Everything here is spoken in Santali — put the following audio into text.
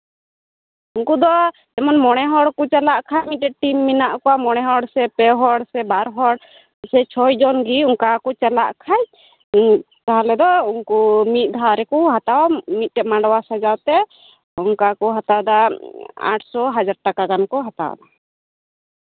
ᱩᱱᱠᱩ ᱫᱚ ᱡᱮᱢᱚᱱ ᱢᱚᱬᱮ ᱦᱚᱲ ᱠᱚ ᱪᱟᱞᱟᱜ ᱠᱷᱟᱱ ᱢᱤᱫᱴᱮᱡ ᱴᱤᱢ ᱢᱮᱱᱟᱜ ᱠᱚᱣᱟ ᱢᱚᱬᱮ ᱦᱚᱲ ᱥᱮ ᱯᱮ ᱦᱚᱲ ᱥᱮ ᱵᱟᱨ ᱦᱚᱲ ᱥᱮ ᱪᱷᱚ ᱡᱚᱱ ᱜᱮ ᱚᱱᱠᱟ ᱠᱚ ᱪᱟᱞᱟᱜ ᱠᱷᱟᱡ ᱛᱟᱦᱚᱞᱮ ᱫᱚ ᱩᱱᱠᱩ ᱢᱤᱫ ᱫᱷᱟᱣ ᱨᱮᱠᱚ ᱦᱟᱛᱟᱣᱟ ᱢᱤᱫᱴᱮᱡ ᱢᱟᱸᱰᱣᱟ ᱥᱟᱡᱟᱣᱛᱮ ᱚᱱᱠᱟ ᱠᱚ ᱦᱟᱛᱟᱣᱫᱟ ᱟᱴᱥᱚ ᱦᱟᱡᱟᱨ ᱴᱟᱠᱟ ᱜᱟᱱ ᱠᱚ ᱦᱟᱛᱟᱣᱫᱟ